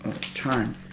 time